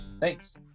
Thanks